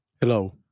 Hello